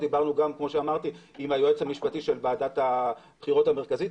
דיברנו גם עם היועץ המשפטי של ועדת הבחירות המרכזית.